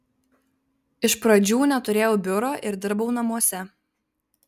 iš pradžių neturėjau biuro ir dirbau namuose